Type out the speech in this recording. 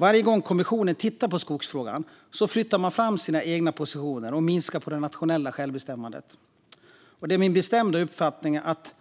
Varje gång kommissionen tittar på skogsfrågan flyttar man fram sina egna positioner och minskar det nationella självbestämmandet. Det är min bestämda uppfattning att